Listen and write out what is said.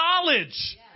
knowledge